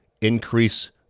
increase